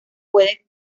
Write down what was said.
puede